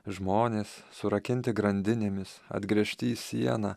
žmonės surakinti grandinėmis atgręžti į sieną